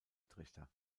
trichter